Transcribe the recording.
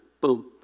boom